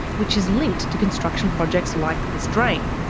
which is linked to construction projects like this drain.